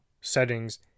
settings